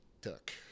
took